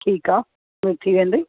ठीकु आहे थी वेंदी